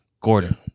Gordon